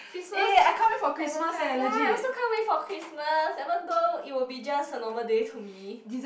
Christmas haven't come ya I also can't wait for Christmas even though it will be just a normal day to me